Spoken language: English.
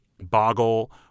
Boggle –